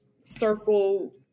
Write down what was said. circle